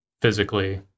Physically